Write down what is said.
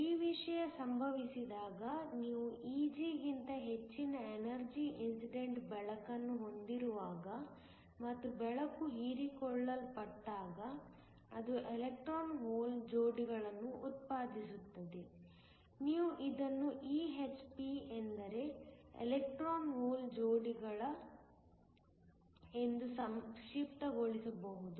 ಈ ವಿಷಯ ಸಂಭವಿಸಿದಾಗ ನೀವು Eg ಗಿಂತ ಹೆಚ್ಚಿನ ಎನರ್ಜಿ ಇನ್ಸಿಡೆಂಟ್ ಬೆಳಕನ್ನು ಹೊಂದಿರುವಾಗ ಮತ್ತು ಬೆಳಕು ಹೀರಿಕೊಳ್ಳಲ್ಪಟ್ಟಾಗ ಅದು ಎಲೆಕ್ಟ್ರಾನ್ ಹೋಲ್ ಜೋಡಿಗಳನ್ನು ಉತ್ಪಾದಿಸುತ್ತದೆ ನೀವು ಇದನ್ನು EHP ಎಂದರೆ ಎಲೆಕ್ಟ್ರಾನ್ ಹೋಲ್ ಜೋಡಿಗಳು ಎಂದು ಸಂಕ್ಷಿಪ್ತಗೊಳಿಸಬಹುದು